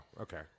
okay